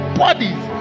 bodies